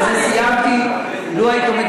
אני מכבד